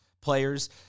players